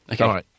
Okay